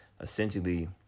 essentially